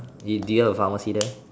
do do you have a pharmacy there